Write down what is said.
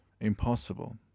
Impossible